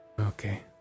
Okay